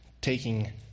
taking